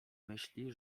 myśli